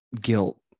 guilt